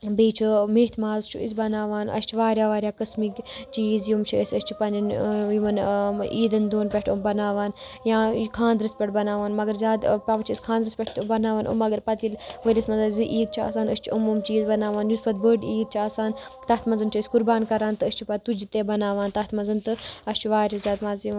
بیٚیہِ چھُ میتھہِ ماز چھِ أسۍ بَناوان اَسہِ چھِ واریاہ واریاہ قسمٕکۍ چیٖز یِم چھِ اَسہِ یِم چھِ أسۍ پَنٮ۪ن یِمَن عیٖدَن دۄن پٮ۪ٹھ بناوان یا کھاندرَس پٮ۪ٹھ بناوان مگر زیادٕ پَہَم چھِ أسۍ کھاندرَس پٮ۪ٹھ تہٕ بناوان یِم مگر پَتہِ ییٚلہِ ؤریَس مَنٛز زٕ عیٖدٕ چھِ آسان أسۍ چھِ یِم یِم چیٖز بناوان یُس پَتہٕ بٔڑ عیٖد چھِ آسان تَتھ مَنٛز چھِ أسۍ قۄربان کَران تہٕ أسۍ چھِ پَتہٕ تُجہِ تہِ بَناوان تَتھ مَنٛز تہٕ اَسہِ چھُ واریاہ زیادٕ مَزٕ یِوان